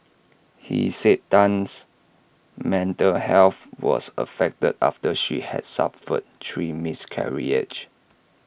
he said Tan's mental health was affected after she had suffered three miscarriages